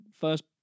first